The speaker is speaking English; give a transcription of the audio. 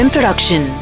Production